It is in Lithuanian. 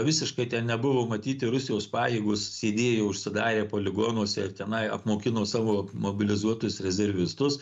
visiškai nebuvo matyti rusijos pajėgos sėdėjo užsidarę poligonuose ir tenai apmokino savo mobilizuotus rezervistus